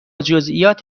جزییات